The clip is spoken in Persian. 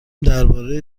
درباره